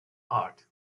art